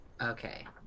Okay